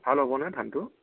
ভাল হ'বনে ধানটো